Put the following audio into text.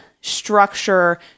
structure